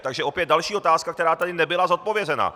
Takže opět další otázka, která tady nebyla zodpovězena.